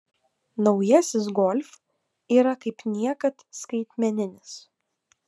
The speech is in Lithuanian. naujasis golf yra kaip niekad skaitmeninis